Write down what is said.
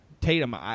Tatum